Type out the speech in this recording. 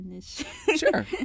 Sure